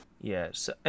yes